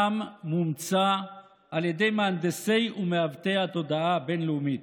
עם מומצא על ידי מהנדסי ומעוותי התודעה הבין-לאומית.